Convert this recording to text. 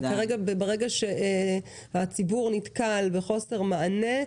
ברגע שהציבור נתקל בחוסר מענה,